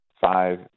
five